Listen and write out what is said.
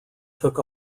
took